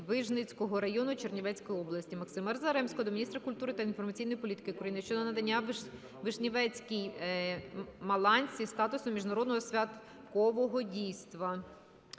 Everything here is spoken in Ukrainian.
Вижницького району Чернівецької області. Максима Заремського до міністра культури та інформаційної політики України щодо надання "Вишневецькій маланці" статусу міжнародного святкового дійства.